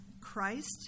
Christ